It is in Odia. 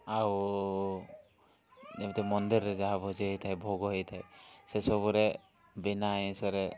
ଆଉ ଯେମିତି ମନ୍ଦିରରେ ଯାହା ଭୋଜି ହେଇଥାଏ ଭୋଗ ହେଇଥାଏ ସେସବୁରେ ବିନା ଆଇଁସରେ